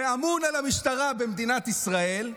שאמון על המשטרה במדינת ישראל,